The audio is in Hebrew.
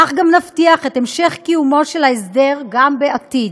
כך גם נבטיח את המשך קיומו של ההסדר גם בעתיד.